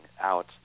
out